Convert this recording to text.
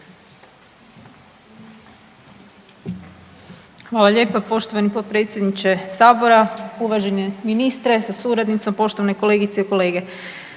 Hvala lijepa poštovani potpredsjedniče sabora, uvaženi ministre sa suradnicom, poštovane kolegice i kolege,